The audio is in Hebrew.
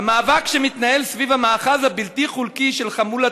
"המאבק שמתנהל סביב המאחז הבלתי-חוקי של חמולת